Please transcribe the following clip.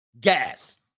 Gas